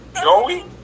Joey